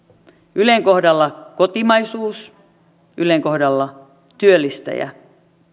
ylen kohdalla kotimaisuus ylen kohdalla työllistäjä